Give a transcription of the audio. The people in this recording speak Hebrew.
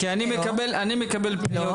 אני מקבל פניות